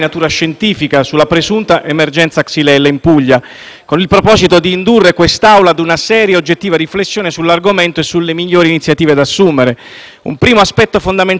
con il proposito di indurre quest'Assemblea ad una seria e oggettiva riflessione sull'argomento e sulle migliori iniziative da assumere. Un primo aspetto fondamentale da chiarire è quello relativo all'effettiva diffusione del batterio